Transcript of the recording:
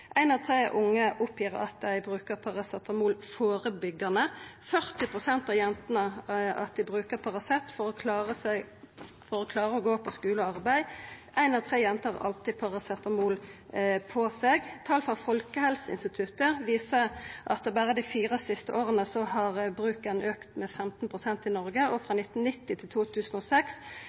Ein av tre unge oppgir at dei bruker paracetamol førebyggjande, 40 pst. av jentene at dei bruker paracet for å klara å gå på skule og arbeid, og ei av tre jenter har alltid paracetamol på seg. Tal frå Folkehelseinstituttet viser at berre dei fire siste åra har bruken auka med 15 pst. i Noreg. Frå 1990 til 2006